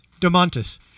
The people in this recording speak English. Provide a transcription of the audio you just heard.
DeMontis